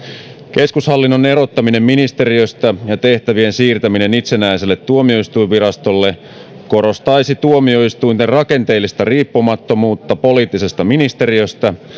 keskushallinnon erottaminen ministeriöstä ja tehtävien siirtäminen itsenäiselle tuomioistuinvirastolle korostaisi tuomioistuinten rakenteellista riippumattomuutta poliittisesta ministeriöstä